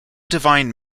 divine